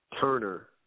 Turner